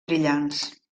brillants